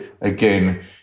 again